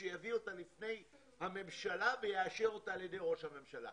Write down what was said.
שיביא אותה בפני הממשלה ויאשר אותה על-ידי ראש הממשלה.